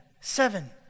seven